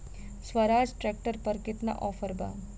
Swaraj tractor पर केतना offer बा?